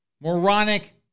moronic